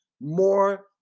more